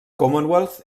commonwealth